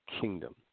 kingdom